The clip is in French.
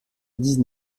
dix